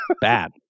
bad